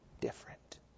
different